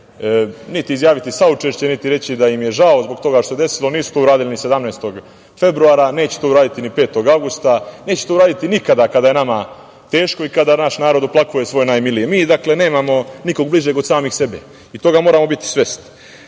niti izjaviti saučešće niti reći da im je žao zbog toga što se desilo. Nisu to uradili ni 17. februara, neće to uraditi ni 5. avgusta, neće to uraditi nikada kada je nama teško i kada naš narod oplakuje svoje najmilije. Dakle, mi nemamo nikog bližeg od samih sebe i toga moramo biti svesni. Što